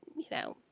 you know,